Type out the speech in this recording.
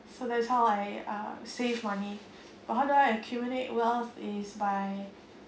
so that's how I uh save money but how do I accumulate wealth is by